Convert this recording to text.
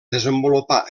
desenvolupar